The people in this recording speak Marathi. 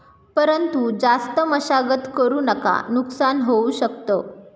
परंतु जास्त मशागत करु नका नुकसान होऊ शकत